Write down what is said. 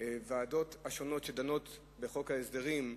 הוועדות השונות שדנות בחוק ההסדרים,